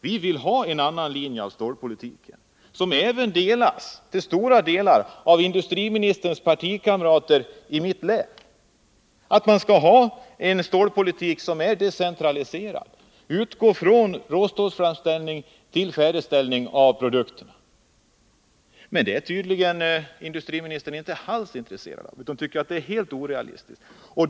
Vi vill ha en annan linje i inom handelsstålsstålpolitiken — en uppfattning som i stor utsträckning även delas av industrin, m.m. industriministerns partikamrater i mitt län — som innebär att vi skall ha en stålpolitik som är decentraliserad, som skall utgå från råstålsframställning och leda fram till färdigställda produkter. Men detta är tydligen industriministern inte alls intresserad av, utan han tycker att det är helt orealistiskt.